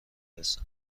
رسه